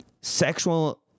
sexual